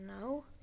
No